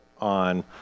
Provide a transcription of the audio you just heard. on